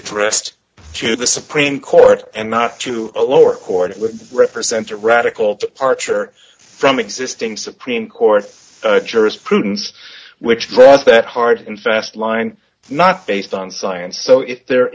addressed to the supreme court and not to a lower court it would represent a radical departure from existing supreme court jurisprudence which dress that hard and fast line not based on science so if there